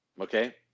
Okay